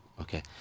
Okay